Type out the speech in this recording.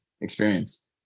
experience